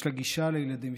יש לה גישה לילדים,